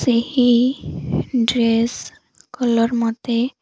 ସେହି dress colour ମୋତେ